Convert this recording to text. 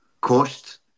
cost